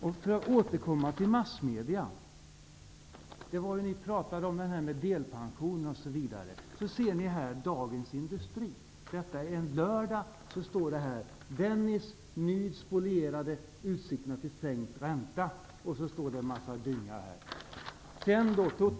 Jag vill också återkomma till det som ni talade om i samband med delpensionsbeslutet. I Dagens ''Dennis: Nyd spolierade utsikterna till sänkt ränta''. Sedan spred man en massa dynga på det temat.